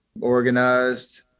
organized